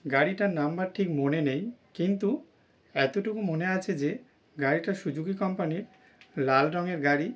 গাড়িটার নাম্বার ঠিক মনে নেই কিন্তু এতটুকু মনে আছে যে গাড়িটা সুজুকি কোম্পানির লাল রঙের গাড়ি